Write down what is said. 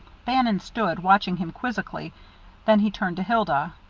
bannon stood watching him quizzically then he turned to hilda.